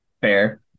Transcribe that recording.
Fair